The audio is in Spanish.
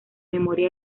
memoria